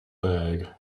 bag